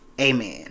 Amen